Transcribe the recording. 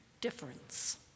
difference